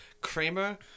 Kramer